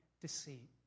deceit